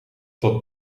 dat